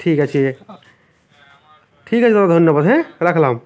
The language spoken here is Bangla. ঠিক আছে ঠিক আছে দাদা ধন্যবাদ হ্যাঁ রাখলাম